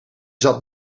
zat